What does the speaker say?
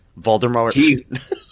Voldemort